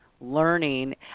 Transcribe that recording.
learning